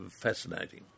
Fascinating